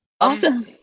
Awesome